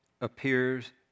appears